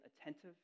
attentive